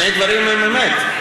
שני הדברים הם אמת.